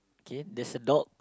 K there's a dog